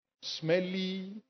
smelly